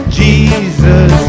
jesus